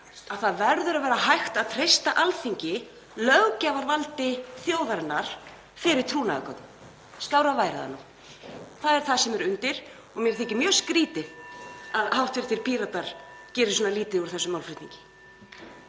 að það verður að vera hægt að treysta Alþingi, löggjafarvaldi þjóðarinnar, fyrir trúnaðargögnum. Skárra væri það nú. Það er það sem er undir og mér þykir mjög skrýtið að hv. Píratar geri svona lítið úr þessum málflutningi.